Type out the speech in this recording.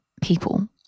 people